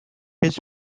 his